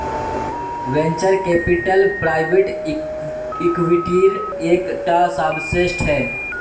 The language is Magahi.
वेंचर कैपिटल प्राइवेट इक्विटीर एक टा सबसेट छे